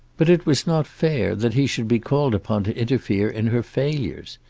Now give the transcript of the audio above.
but it was not fair that he should be called upon to interfere in her failures.